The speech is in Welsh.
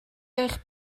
eich